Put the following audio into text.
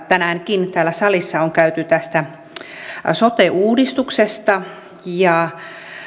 tänäänkin täällä salissa on käyty tästä sote uudistuksesta ja